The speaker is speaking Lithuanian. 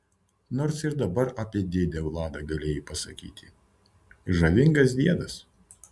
nors ir dabar apie dėdę vladą galėjai pasakyti žavingas diedas